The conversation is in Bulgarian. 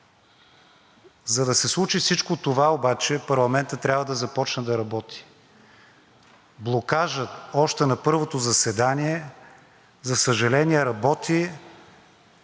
За да се случи всичко това обаче, парламентът трябва да започне да работи. Блокажът още на първото заседание, за съжаление, работи